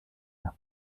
nach